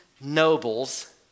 nobles